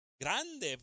Grande